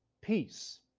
peace,